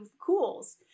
cools